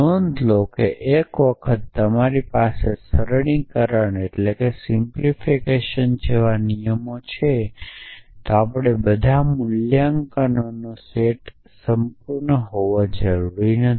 નોંધ લો કે એક વખત તમારી પાસે સરળીકરણ જેવા નિયમો છે તો આપણે બધા મૂલ્યાંકનોનો સેટ સંપૂર્ણ હોવા જરૂરી નથી